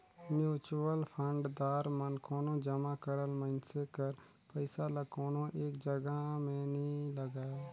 mutual fund दार मन कोनो जमा करल मइनसे कर पइसा ल कोनो एक जगहा में नी लगांए